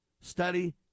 study